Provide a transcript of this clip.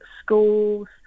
schools